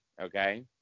okay